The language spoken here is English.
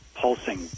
pulsing